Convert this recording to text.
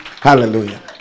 Hallelujah